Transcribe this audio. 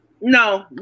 no